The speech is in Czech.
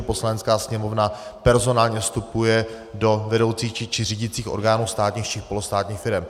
Poslanecká sněmovna personálně vstupuje do vedoucích či řídících orgánů státních či polostátních firem.